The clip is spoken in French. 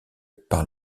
par